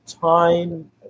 time